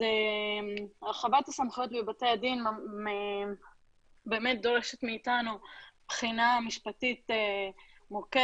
אז הרחבת הסמכויות בבתי הדין באמת דורשת מאיתנו בחינה משפטית מורכבת,